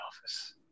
office